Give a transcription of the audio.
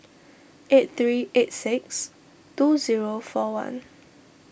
eight three eight six two zero four one